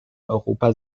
europa